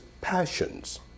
passions